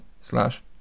slash